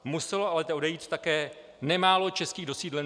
Muselo ale odejít také nemálo českých dosídlenců.